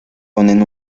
ponen